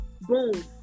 Boom